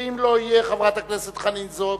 ואם הוא לא יהיה, חברת הכנסת חנין זועבי,